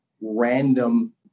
random